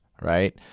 right